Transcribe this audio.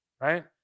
right